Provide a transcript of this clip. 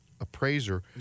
appraiser